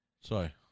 Sorry